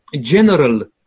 general